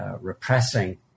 repressing